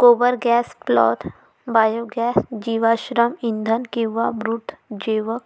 गोबर gas plant biogas जीवाश्म इंधन किंवा मृत जैव